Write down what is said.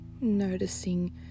Noticing